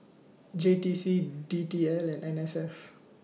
J T C D T L and N S F